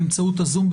באמצעות הזום,